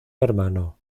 hermano